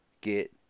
get